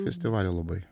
festivalių labai